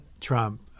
Trump